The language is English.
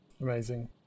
Amazing